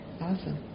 awesome